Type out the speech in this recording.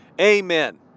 Amen